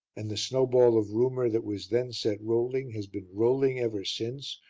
and the snowball of rumour that was then set rolling has been rolling ever since,